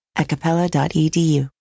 acapella.edu